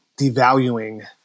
devaluing